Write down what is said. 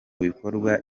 bikorwa